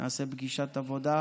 נעשה פגישת עבודה.